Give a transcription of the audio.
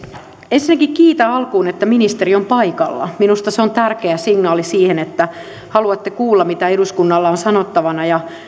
ensinnäkin kiitän alkuun että ministeri on paikalla minusta se on tärkeä signaali siitä että haluatte kuulla mitä eduskunnalla on sanottavana ja